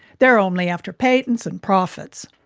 they're only after patents and profits.